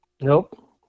Nope